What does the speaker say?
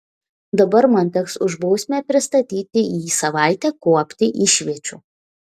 dabar man teks už bausmę pristatyti jį savaitę kuopti išviečių